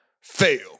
fail